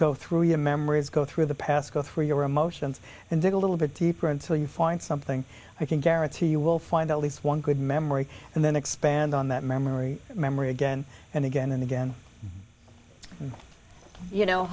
go through your memories go through the past go through your emotions and dig a little bit deeper until you find something i can guarantee you will find at least one good memory and then expand on that memory memory again and again and again and you know